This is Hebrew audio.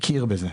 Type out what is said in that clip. הכיר בזה.